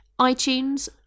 itunes